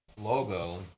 logo